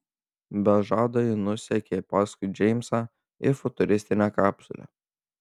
be žado ji nusekė paskui džeimsą į futuristinę kapsulę